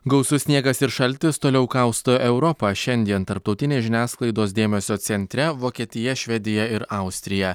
gausus sniegas ir šaltis toliau kausto europą šiandien tarptautinės žiniasklaidos dėmesio centre vokietija švedija ir austrija